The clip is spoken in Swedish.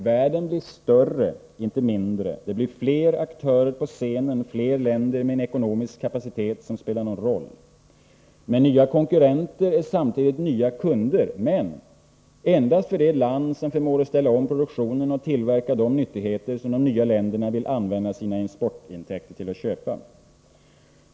Världen blir större, inte mindre. Det blir fler aktörer på scenen, fler länder med en ekonomisk kapacitet som spelar någon roll. Men nya konkurrenter är samtidigt nya kunder, men endast för det land som förmår ställa om produktionen och tillverka de nyttigheter som de nya länderna vill använda sina exportintäkter till att köpa.